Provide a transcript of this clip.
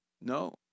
No